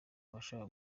abashaka